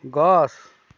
গছ